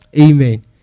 Amen